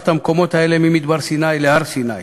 את המקומות האלה ממדבר סיני להר-סיני.